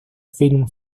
film